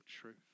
truth